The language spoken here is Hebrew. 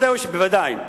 זה מדאיג אותך בוודאי.